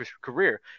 career